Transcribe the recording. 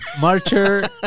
Marcher